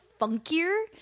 funkier